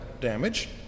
damage